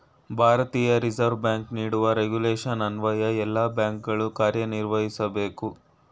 ಭಾರತೀಯ reserve bank ನೀಡುವ regulation ಅನ್ವಯ ಎಲ್ಲ ಬ್ಯಾಂಕುಗಳು ಕಾರ್ಯನಿರ್ವಹಿಸಬೇಕು